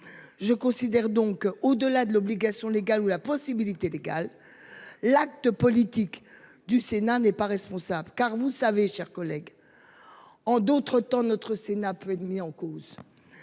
Je considère donc au-delà de l'obligation légale ou la possibilité légale. L'acte politique du Sénat n'est pas responsable car vous savez, chers collègues. En d'autres temps notre ses nappes de mis en cause.